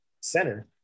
center